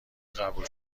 قبول